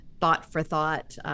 thought-for-thought